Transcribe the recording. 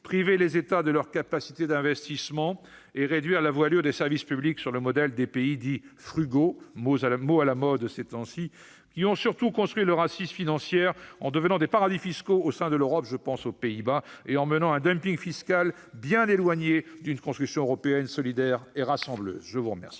priver les États de leurs capacités d'investissement et réduire la voilure des services publics sur le modèle des pays dits « frugaux »- mot à la mode ces temps-ci -, qui ont principalement constitué leur assise financière en devenant des paradis fiscaux au sein de l'Europe- je pense aux Pays-Bas -et en menant un dumping fiscal bien éloigné d'une construction européenne solidaire et rassembleuse. Très bien